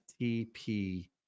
TP